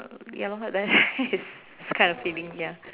ya lor that that is kind of filling ya